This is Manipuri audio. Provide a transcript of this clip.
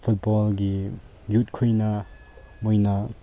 ꯐꯨꯠꯕꯣꯜꯒꯤ ꯌꯨꯠꯈꯣꯏꯅ ꯃꯣꯏꯅ